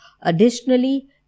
additionally